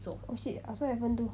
oh shit I also haven't do